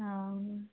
ହଁ